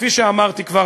כפי שאמרתי כבר,